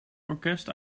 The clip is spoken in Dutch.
orkest